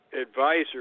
advisor